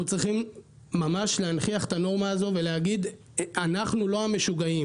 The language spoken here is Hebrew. צריכים ממש להנכיח את הנורמה הזאת ולהגיד 'אנחנו לא המשוגעים.